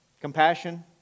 compassion